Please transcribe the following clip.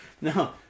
No